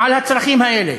על הצרכים האלה.